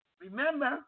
Remember